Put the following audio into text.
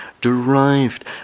derived